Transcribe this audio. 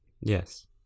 Yes